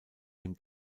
dem